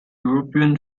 european